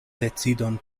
decidon